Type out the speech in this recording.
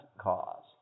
cause